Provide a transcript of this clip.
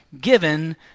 given